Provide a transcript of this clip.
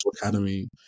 Academy